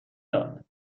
داد